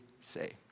say